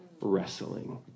wrestling